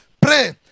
Pray